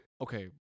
okay